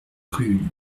rue